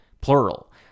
plural